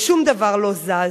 ושום דבר לא זז.